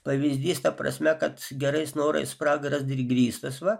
pavyzdys ta prasme kad gerais norais pragaras grįstas va